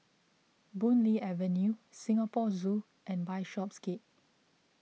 Boon Lay Avenue Singapore Zoo and Bishopsgate